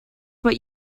what